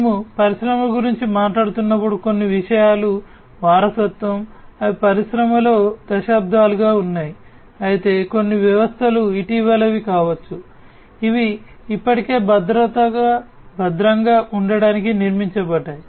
మేము పరిశ్రమల గురించి మాట్లాడుతున్నప్పుడు కొన్ని విషయాలు వారసత్వం అవి పరిశ్రమలో దశాబ్దాలుగా ఉన్నాయి అయితే కొన్ని వ్యవస్థలు ఇటీవలివి కావచ్చు ఇవి ఇప్పటికే భద్రంగా ఉండటానికి నిర్మించబడ్డాయి